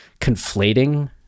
conflating